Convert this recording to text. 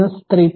2 3